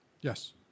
Yes